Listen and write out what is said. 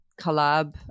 collab